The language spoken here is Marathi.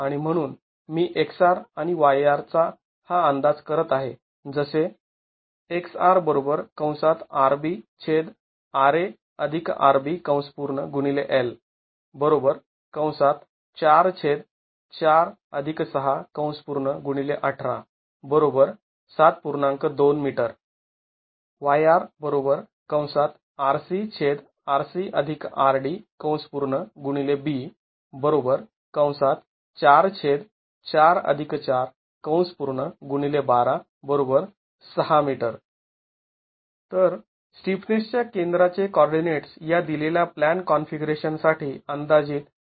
आणि म्हणून मी x R आणि y R चा हा अंदाज करत आहे जसे तर स्टिफनेसच्या केंद्राचे कॉर्डीनेट्स् या दिलेल्या प्लॅन कॉन्फिगरेशन साठी अंदाजीत xR yR ७